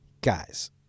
Guys